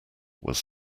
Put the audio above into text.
was